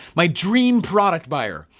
my dream product buyer,